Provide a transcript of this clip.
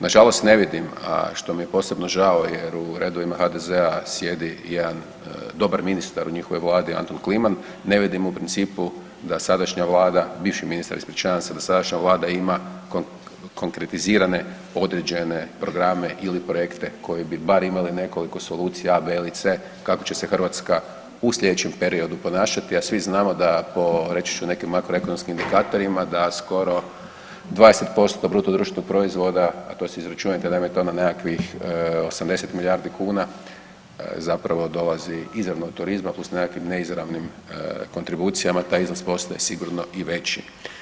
Nažalost ne vidim što mi je posebno žao jer u redovima HDZ-a sjedi jedan dobar ministar u njihovoj vladi Antun Kliman, ne vidim u principu da sadašnja vlada, bivši ministar, ispričavam se, da sadašnja vlada ima konkretizirane određene programe ili projekte koji bi bar imali nekoliko solucija a, b ili c kako će se Hrvatska u slijedećem periodu ponašati, a svi znamo da po reći ću nekim makroekonomskim indikatorima da skoro 20% BDP-a, a to si izračunajte, naime to na nekakvih 80 milijardi kuna zapravo dolazi izravno od turizma plus nekakvim neizravnim kontribucijama taj iznos postaje sigurno i veći.